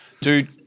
Dude